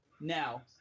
now